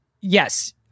yes